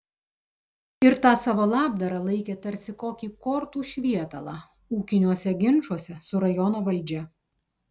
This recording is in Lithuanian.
ir tą savo labdarą laikė tarsi kokį kortų švietalą ūkiniuose ginčuose su rajono valdžia